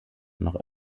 noch